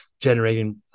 generating